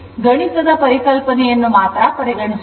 ಗಣಿತದ ಪರಿಕಲ್ಪನೆಯನ್ನು ಮಾತ್ರ ಪರಿಗಣಿಸೋಣ